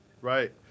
Right